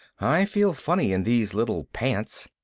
i feel funny in these little pants.